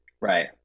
Right